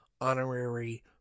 honorary